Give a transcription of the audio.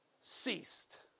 ceased